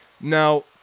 Now